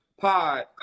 pod